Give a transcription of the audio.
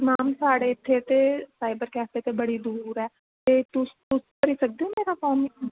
ma'am साढ़े इत्थे ते साइबर कैफे ते बड़ी दूर ऐ ते तुस भरी सकदे ओह् मेरी फार्म